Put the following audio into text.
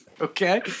okay